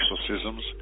exorcisms